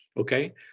Okay